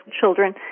children